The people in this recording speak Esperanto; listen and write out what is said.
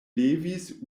levis